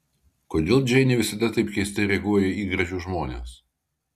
kodėl džeinė visada taip keistai reaguoja į gražius žmones